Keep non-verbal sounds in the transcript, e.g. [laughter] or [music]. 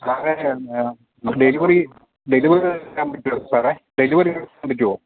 സാറെ delivery delivery [unintelligible] പറ്റുമോ സാറെ ഡെലിവറി [unintelligible] പറ്റുമോ